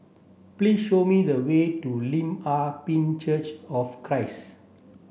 please show me the way to Lim Ah Pin Church of Christ